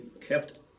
kept